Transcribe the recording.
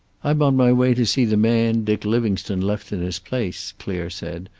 i'm on my way to see the man dick livingstone left in his place, clare said,